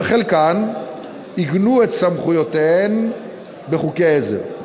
וחלקן עיגנו את סמכויותיהן בחוקי עזר.